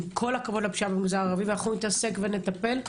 עם כל הכבוד למאבק בפשיעה במגזר הערבי שנתעסק ונטפל בזה,